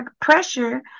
pressure